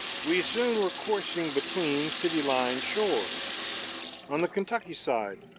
we soon were coursing between city-lined shores on the kentucky side,